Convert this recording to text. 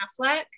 Affleck